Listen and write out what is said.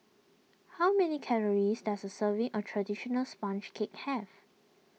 how many calories does a serving of Traditional Sponge Cake have